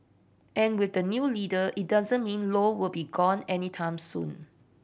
and with a new leader it doesn't mean Low will be gone anytime soon